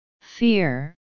Fear